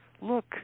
look